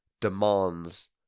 demands